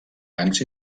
ens